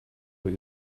what